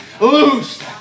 Loose